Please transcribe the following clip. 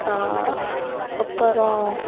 அப்புறோம்